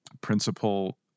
principle